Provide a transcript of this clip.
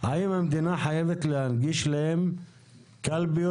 האם המדינה חייבת להנגיש להם קלפיות